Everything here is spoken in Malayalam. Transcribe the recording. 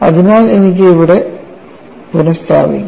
അതിനാൽ എനിക്ക് ഇവിടെ പുന സ്ഥാപിക്കാം